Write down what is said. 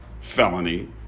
felony